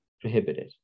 prohibited